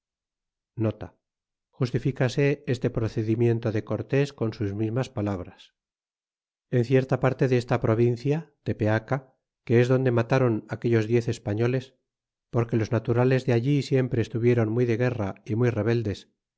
justificase este procedimiento de cortés con sus mismas palabras en cierta parte de esta provincia tepeaca que es donde matron aquellos diez espaiioles porque los naturales de allí siempre estuvidron muy de guerra y muy rebeldes